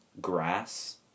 grass